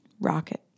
Rocket